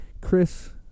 Chris